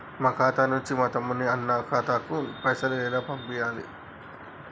మా ఖాతా నుంచి మా తమ్ముని, అన్న ఖాతాకు పైసలను ఎలా పంపియ్యాలి?